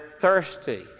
thirsty